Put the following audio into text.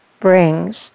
brings